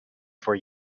for